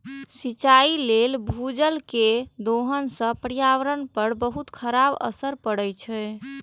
सिंचाइ लेल भूजल केर दोहन सं पर्यावरण पर बहुत खराब असर पड़ै छै